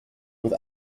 with